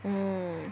mm